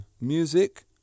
music